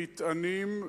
מטענים,